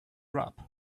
rub